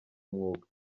umwuga